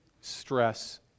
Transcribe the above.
stress